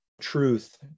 truth